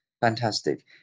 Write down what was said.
Fantastic